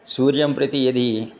सूर्यं प्रति यदि